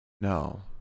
no